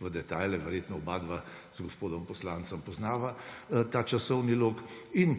v detajle, verjetno oba z gospodom poslancem poznava ta časovni lok. In